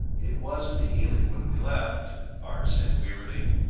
it wasn't hailing when we left, bart said wearily.